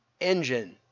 Engine